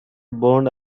burned